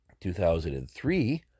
2003